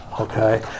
okay